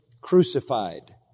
crucified